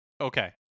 Okay